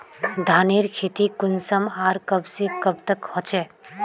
धानेर खेती कुंसम आर कब से कब तक होचे?